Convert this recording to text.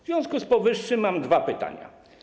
W związku z powyższym mam dwa pytania.